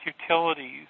utilities